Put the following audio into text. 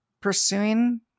pursuing